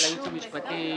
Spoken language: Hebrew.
של הייעוץ המשפטי,